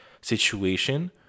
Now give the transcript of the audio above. situation